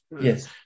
Yes